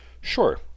Sure